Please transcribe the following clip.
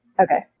Okay